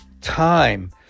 time